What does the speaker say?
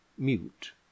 mute